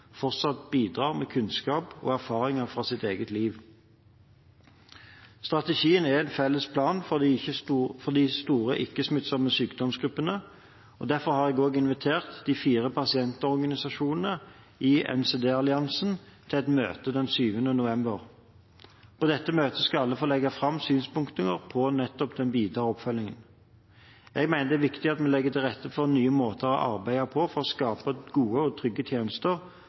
fortsatt bidrar med kunnskap og erfaring fra eget liv. Strategien er en felles plan for de store ikke-smittsomme sykdomsgruppene, og jeg har derfor også invitert de fire pasientorganisasjonene i NCD-alliansen til et møte den 7. november. På dette møtet skal alle få legge fram synspunkter på den videre oppfølgingen. Jeg mener det er viktig at vi legger til rette for nye måter å arbeide på for å skape gode og trygge tjenester